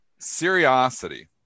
Seriosity